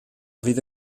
fydd